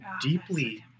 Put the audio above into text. deeply